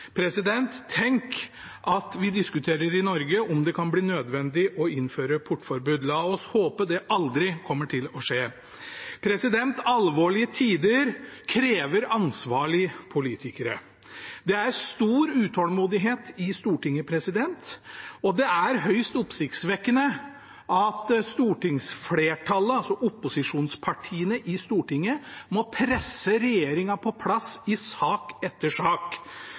La oss håpe det aldri kommer til å skje. Alvorlige tider krever ansvarlige politikere. Det er stor utålmodighet i Stortinget, og det er høyst oppsiktsvekkende at stortingsflertallet, altså opposisjonspartiene i Stortinget, må presse regjeringen på plass i sak etter sak.